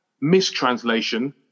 mistranslation